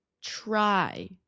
try